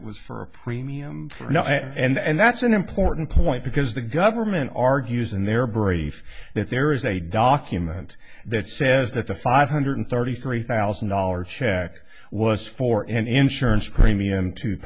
it was for a premium for now and that's an important point because the government argues in their bury that there is a document that says that the five hundred thirty three thousand dollars check was for an insurance premium to